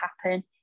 happen